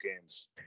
games